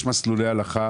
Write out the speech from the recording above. יש מסלולי הלכה